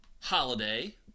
holiday